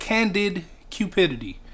CandidCupidity